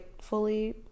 fully